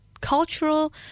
cultural